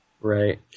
Right